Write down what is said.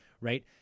right